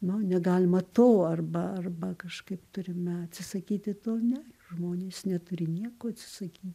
nu negalima to arba arba kažkaip turime atsisakyti to ne žmonės neturi nieko atsisakyti